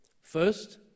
First